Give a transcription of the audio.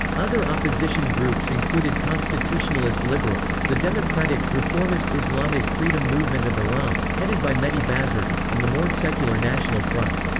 other opposition groups included constitutionalist liberals the democratic, reformist islamic freedom movement of iran, headed by mehdi bazargan, and the more secular national front.